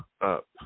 up